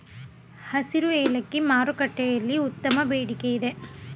ಹಸಿರು ಏಲಕ್ಕಿ ಮಾರುಕಟ್ಟೆಗಳಲ್ಲಿ ಉತ್ತಮ ಬೇಡಿಕೆಯಿದೆ